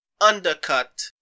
undercut